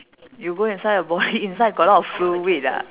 you go inside the body inside got a lot of fluid ah